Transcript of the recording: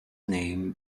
name